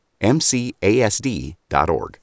MCASD.org